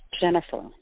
Jennifer